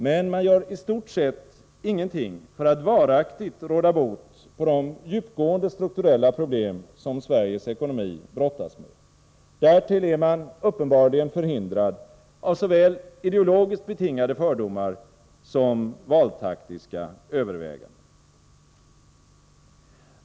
Men man gör i stort sett ingenting för att varaktigt råda bot på de djupgående strukturella problem som Sveriges ekonomi brottas med. Därtill är man uppenbarligen förhindrad av såväl ideologiskt betingade fördomar som valtaktiska överväganden.